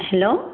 hello